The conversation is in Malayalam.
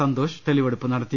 സന്തോഷ് തെളിവെടുപ്പ് നടത്തി